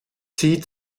sie